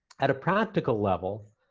at a practical level,